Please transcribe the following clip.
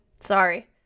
sorry